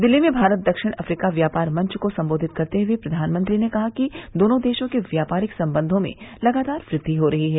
दिल्ली में भारत दक्षिण अफ्रीका व्यापार मंच को संबोधित करते हुए प्रधानमंत्री ने कहा कि दोनों देशों के व्यापारिक संबंधों में लगातार वृद्वि हो रही है